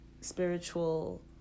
spiritual